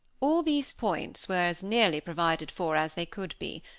all these points were as nearly provided for as, they could be.